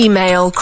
Email